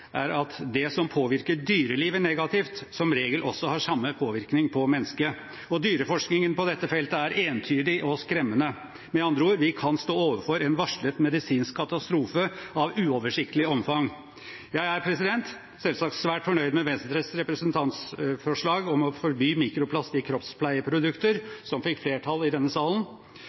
er at det som påvirker dyrelivet negativt, som regel også har samme påvirkning på mennesket. Og dyreforskningen på dette feltet er entydig og skremmende. Med andre ord: Vi kan stå overfor en varslet medisinsk katastrofe av uoversiktlig omfang. Jeg er selvsagt svært fornøyd med Venstres representantforslag om å forby mikroplast i kroppspleieprodukter, som fikk flertall i denne salen.